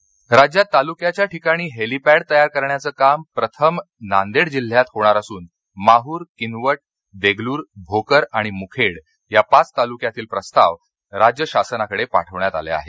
helipad Nanded राज्यात तालुक्याच्या ठिकाणी हेलीपॅड तयार करण्याचं काम प्रथम नांदेड जिल्ह्यात होणार असून माहूर किनवट देगलूर भोकर आणि मुखेड या पाच तालुक्यातील प्रस्ताव राज्य शासनाकडे पाठविण्यात आले आहेत